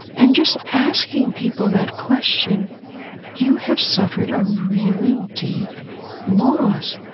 and just asking people that question you have suffered a really deep loss.